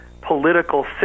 political